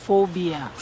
Phobia